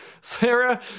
Sarah